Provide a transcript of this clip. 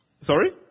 Sorry